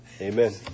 Amen